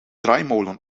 draaimolen